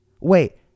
wait